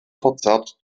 verzerrt